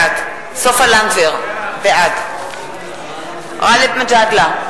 בעד סופה לנדבר, בעד גאלב מג'אדלה,